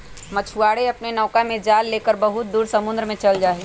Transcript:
मछुआरे अपन नौका में जाल लेकर बहुत दूर समुद्र में चल जाहई